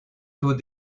taux